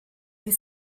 die